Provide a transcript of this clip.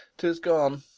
tis gone,